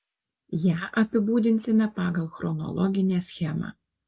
ją apibūdinsime pagal chronologinę schemą